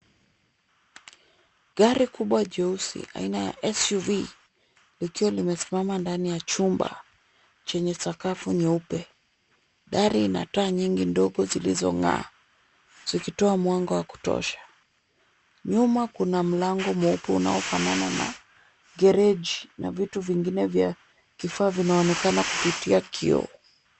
Gari kubwa jeusi aina ya SUV, likiwa limesimama ndani ya chumba chenye sakafu nyeupe. Dari a taa nyingi ndogo zilizong'aa na kutoa mwanga wa kutosha. Nyuma kuna mlango mweupe unaofanana na gereji na vitu vingine vinaonekana kupitia kioo.